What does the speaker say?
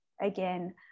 again